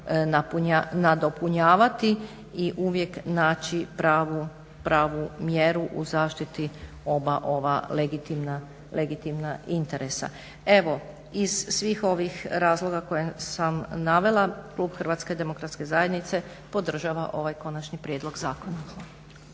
nadopunjavati i uvijek naći pravu mjeru u zaštiti oba ova legitimna interesa. Iz svih ovih razloga koje sam navela klub HDZ-a podržava ovaj konačni prijedlog zakona.